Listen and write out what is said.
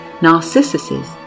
narcissuses